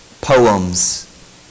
poems